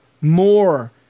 more